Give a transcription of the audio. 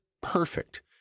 perfect